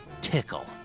Tickle